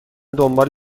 دنبال